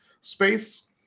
space